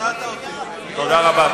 תודה רבה.